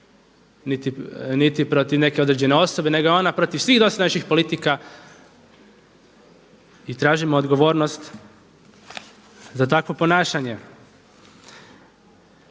niti protiv neke određene osobe, nego je ona protiv svih dosadašnjih politika i tražim odgovornost za takvo ponašanje.